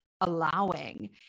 allowing